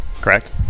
Correct